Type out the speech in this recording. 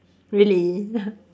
really